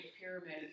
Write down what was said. pyramid